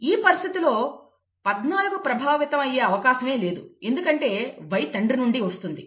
ఈ పరిస్థితిలో 14 ప్రభావితం అయ్యే అవకాశమే లేదు ఎందుకంటే Y తండ్రి నుండి వస్తుంది